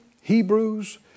Hebrews